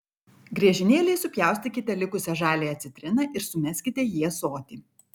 griežinėliais supjaustykite likusią žaliąją citriną ir sumeskite į ąsotį